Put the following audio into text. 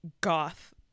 goth